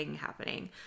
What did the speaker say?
Happening